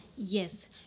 Yes